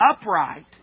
upright